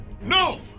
no